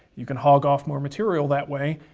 you can hog off more material that way.